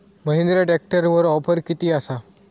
महिंद्रा ट्रॅकटरवर ऑफर किती आसा?